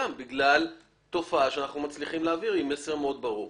גם בגלל תופעה שאנחנו מצליחים להעביר עם מסר מאוד ברור.